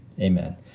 Amen